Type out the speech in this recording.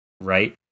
right